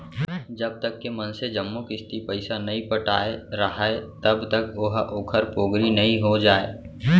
जब तक के मनसे जम्मो किस्ती पइसा नइ पटाय राहय तब तक ओहा ओखर पोगरी नइ हो जाय